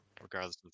Regardless